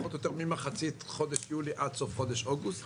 פחות או יותר ממחצית חודש יולי עד סוף חודש אוגוסט.